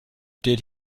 did